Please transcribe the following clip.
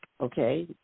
okay